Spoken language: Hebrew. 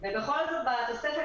בשקלים